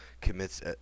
commits